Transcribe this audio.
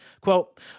Quote